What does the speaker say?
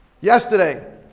yesterday